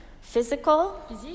physical